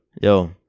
Yo